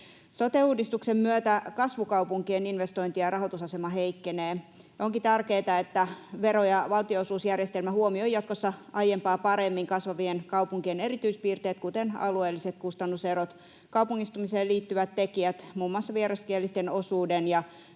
Sote-uudistuksen myötä kasvukaupunkien investointi- ja rahoitusasema heikkenee. Onkin tärkeätä, että vero- ja valtionosuusjärjestelmä huomioi jatkossa aiempaa paremmin kasvavien kaupunkien erityispiirteet, kuten alueelliset kustannuserot, kaupungistumiseen liittyvät tekijät, muun muassa vieraskielisten osuuden ja